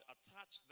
Attach